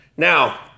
Now